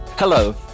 Hello